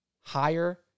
higher